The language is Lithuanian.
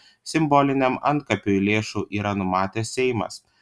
simboliniam antkapiui lėšų yra numatęs seimas